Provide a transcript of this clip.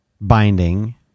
binding